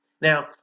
now